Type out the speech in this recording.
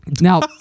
now